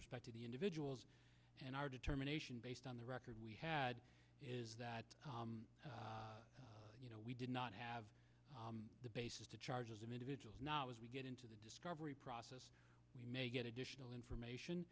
respect to the individuals and our determination based on the record we had is that you know we did not have the basis to charges of individuals now as we get into the discovery process we may get additional information